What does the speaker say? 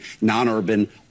non-urban